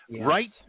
right